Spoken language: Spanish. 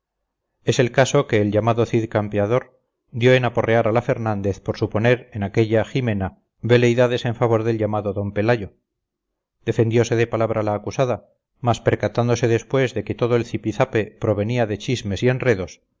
es el caso que el llamado cid campeador dio en aporrear a la fernández por suponer en aquella ximena veleidades en favor del llamado d pelayo defendiose de palabra la acusada mas percatándose después de que todo el zipizape provenía de chismes y enredos